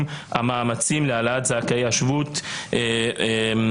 המאמצים להעלאת זכאי השבות מאוקראינה,